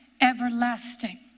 everlasting